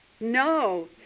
No